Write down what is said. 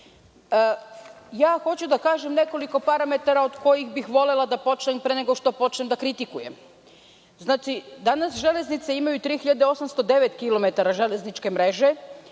svetu. Hoću da kažem nekoliko parametara od kojih bi volela da počnem, pre nego što počnem da kritikujem. Danas železnica imaju 3.809 kilometara železničke mreže,